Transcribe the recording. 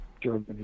Germany